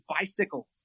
bicycles